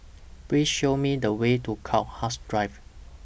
Please Show Me The Way to Crowhurst Drive